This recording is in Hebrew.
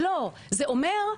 לא זה אומר,